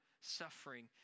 suffering